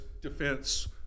defense